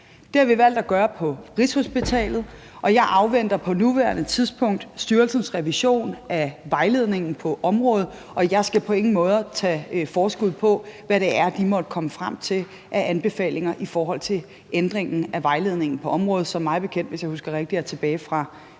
Det har vi valgt at gøre på Rigshospitalet, og jeg afventer på nuværende tidspunkt styrelsens revision af vejledningen på området. Jeg skal på ingen måde tage forskud på, hvad det er, de måtte komme frem til af anbefalinger i forhold til ændringen af vejledningen på området, som mig bekendt, hvis jeg husker rigtigt, er tilbage fra 2018.